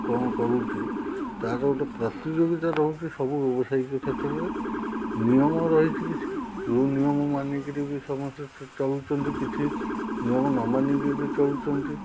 କ'ଣ କରୁଛି ତା'ର ଗୋଟେ ପ୍ରତିଯୋଗିତା ରହୁଛି ସବୁ ବ୍ୟବସାୟିକ କ୍ଷେତ୍ରରେ ନିୟମ ରହିଛି କିଛି ଯେଉଁ ନିୟମ ମାନିକିରି ବି ସମସ୍ତେ ଚଳୁଛନ୍ତି କିଛି ନିୟମ ନମାନିକିରି ବି ଚଳୁଛନ୍ତି